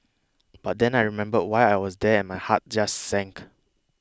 but then I remembered why I was there and my heart just sank